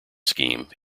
scheme